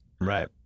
Right